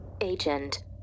agent